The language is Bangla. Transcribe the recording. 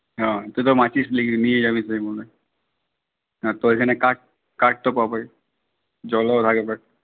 হ্যাঁ তুই তো ম্যাচিশ লিয়ে নিয়ে যাবি তুই মনে হয় হ্যাঁ তো ওখানে কাঠ কাঠ তো পাবই জলও থাকবে